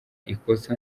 ikosa